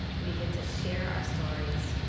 we get to share our stories.